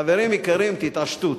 חברים יקרים, תתעשתו.